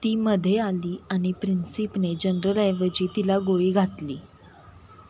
ती मध्ये आली आणि प्रिन्सिपने जनरल ऐवजी तिला गोळी घातली